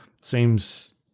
seems